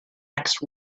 next